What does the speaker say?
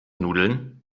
nudeln